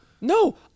No